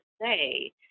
say